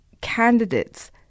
candidates